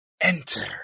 Enter